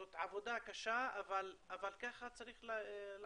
זאת עבודה קשה, אבל ככה צריך לעשות.